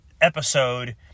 episode